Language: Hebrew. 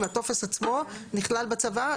אם הטופס עצמו נכלל בצוואה.